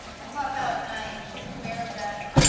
i pop out and i shoot two arrows at him.